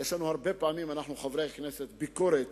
יש לנו הרבה פעמים, לנו, חברי הכנסת, ביקורת